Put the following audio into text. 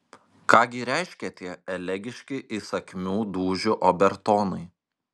ką gi reiškia tie elegiški įsakmių dūžių obertonai